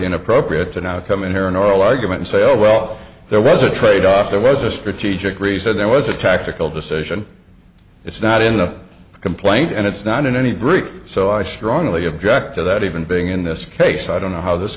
inappropriate to now come in here an oral argument say oh well there was a tradeoff there was a strategic reason there was a tactical decision it's not in the complaint and it's not in any breach so i strongly object to that even being in this case i don't know how this